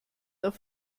auf